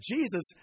Jesus